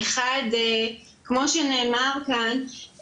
אחד כמו שנאמר כאן,